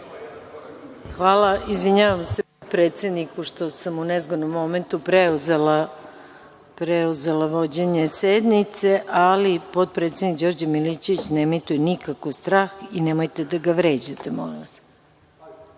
Hvala. Izvinjavam se predsedavajućem što sam u nezgodnom momentu preuzela vođenje sednice, ali potpredsednik Đorđe Milićević ne emituje nikako strah i nemojte da ga vređate, molim